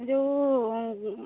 ଯେଉଁ